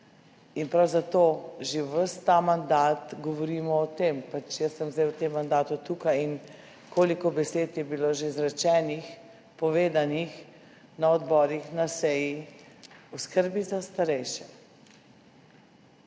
in prav zato že ves ta mandat govorimo o tem. Jaz sem zdaj v tem mandatu tukaj in koliko besed je bilo že izrečenih, povedanih na odborih, na seji o skrbi za starejše.